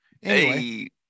Hey